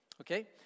Okay